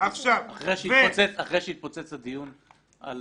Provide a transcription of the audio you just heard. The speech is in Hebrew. אחרי שהתפוצץ הדיון על